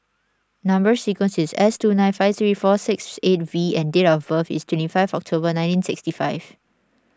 Number Sequence is S two nine five three four six eight V and date of birth is twenty five October nineteen sixty five